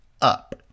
up